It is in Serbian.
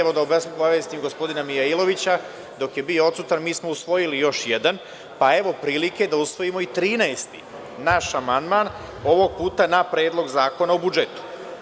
Evo, da obavestim gospodina Mijailovića dok je bio odsutan, mi smo usvojili još jedan, pa evo prilike da usvojimo i 13. naš amandman, ovog puta na Predlog zakona o budžetu.